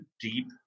deep